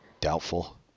Doubtful